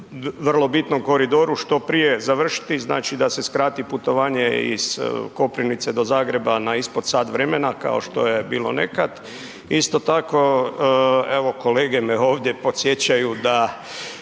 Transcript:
vrlo bitnom koridoru što prije završiti, znači da se skrati putovanje iz Koprivnice do Zagreba na ispod sat vremena kao što je bilo nekad. Isto tako evo kolege me ovdje podsjećaju da